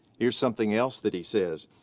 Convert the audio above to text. here's something else that he says.